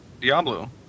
Diablo